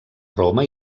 roma